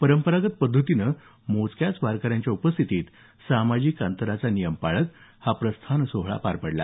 परंपरागत पद्धतीनं पण मोजक्या वारकऱ्यांच्या उपस्थितीत सामाजिक अंतर पाळत हा प्रस्थान सोहळा पार पडला